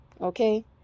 okay